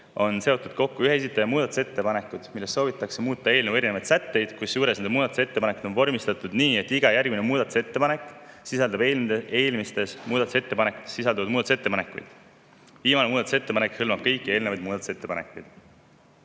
on seotud kokku ühe esitaja muudatusettepanekud, millega soovitakse muuta eelnõu erinevaid sätteid, kusjuures need muudatusettepanekud on vormistatud nii, et iga järgmine muudatusettepanek sisaldab eelmistes muudatusettepanekutes sisalduvaid muudatusettepanekuid. Viimane muudatusettepanek hõlmab kõiki eelnevaid muudatusettepanekuid.